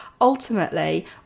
Ultimately